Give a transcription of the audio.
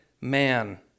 man